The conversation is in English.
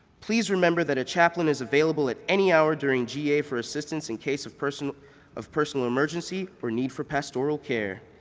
please remember that it a captain is available at any hour during ga for assistance in case of personal of personal emergency or need for pastoral care.